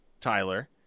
Tyler